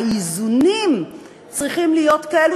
האיזונים צריכים להיות כאלה,